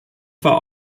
war